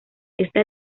esta